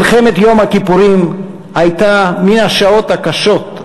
מלחמת יום הכיפורים הייתה מהשעות הקשות,